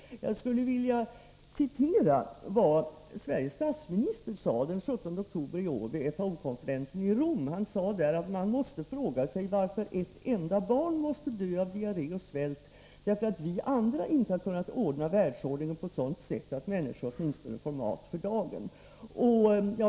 Jag skulle vilja återge vad Sveriges statsminister den 17 oktober i år sade vid FAO-konferensen i Rom. Han sade då att man måste fråga sig varför ett enda barn måste dö av diarré och svält därför att vi andra inte har sett till att världsordningen är sådan att människor åtminstone får mat för dagen.